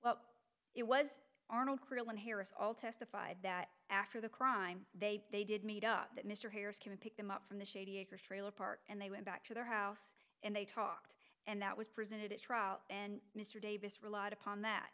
well it was arnold crillon harris all testified that after the crime they they did meet up that mr harris can pick them up from the shady acres trailer park and they went back to their house and they talked and that was presented at trial and mr davis relied upon that